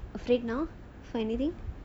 so you are not afraid now for anything